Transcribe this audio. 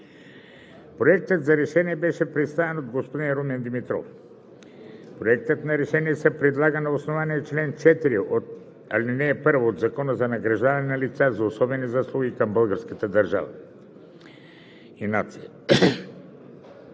Проектът за решение беше представен от господин Румен Димитров. Проектът на решение се предлага на основание чл. 4, ал. 1 от Закона за награждаване на лица за особени заслуги към българската държава и нацията.